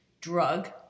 drug